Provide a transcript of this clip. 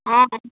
অঁ